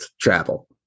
travel